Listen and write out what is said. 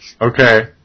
Okay